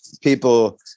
people